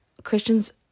Christians